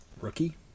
rookie